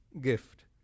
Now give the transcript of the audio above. gift